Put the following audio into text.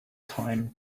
time